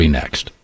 next